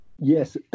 Yes